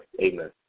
Amen